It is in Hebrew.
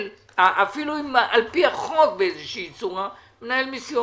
אפילו אם על-פי החוק באיזו שהיא צורה מיסיון.